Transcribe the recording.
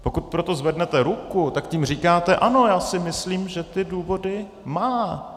Pokud pro to zvednete ruku, tak tím říkáte ano, já si myslím, že ty důvody má.